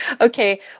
Okay